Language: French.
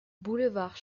boulevard